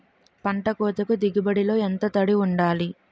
పంట కోతకు దిగుబడి లో ఎంత తడి వుండాలి?